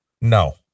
No